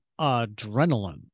adrenaline